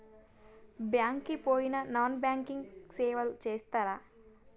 Bank కి పోయిన non banking సేవలు చేస్తరా?